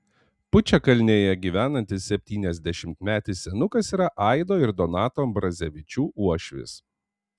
pučiakalnėje gyvenantis septyniasdešimtmetis senukas yra aido ir donato ambrazevičių uošvis